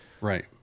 Right